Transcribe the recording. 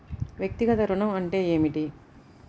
వ్యక్తిగత ఋణం అంటే ఏమిటి?